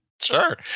Sure